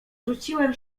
rzuciłem